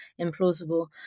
implausible